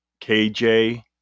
KJ